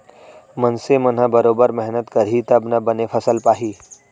मनसे मन ह बरोबर मेहनत करही तब ना बने फसल पाही